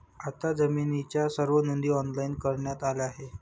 आता जमिनीच्या सर्व नोंदी ऑनलाइन करण्यात आल्या आहेत